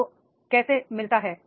आपको कैसे मिलता है